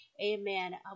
Amen